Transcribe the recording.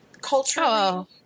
culturally